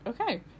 Okay